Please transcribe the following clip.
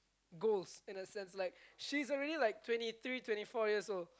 goals in a sense like she is already like twenty three twenty four years old